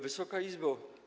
Wysoka Izbo!